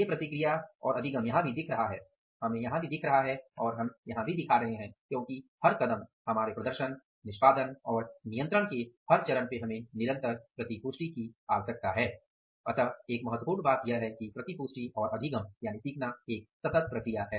ये प्रतिक्रिया और सीखना यहां भी दिख रहा है हम यहां भी दिखा रहे हैं हम यहां भी दिखा रहे हैं क्योंकि हर कदम हमारे प्रदर्शन निष्पादन और नियंत्रण के हर चरण पर हमें निरंतर प्रतिपुष्टि की आवश्यकता है